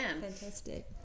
Fantastic